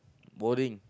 boring